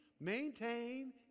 maintain